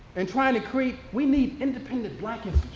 and trying to create, we need independent black